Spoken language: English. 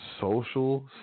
social